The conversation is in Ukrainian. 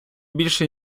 більше